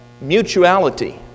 mutuality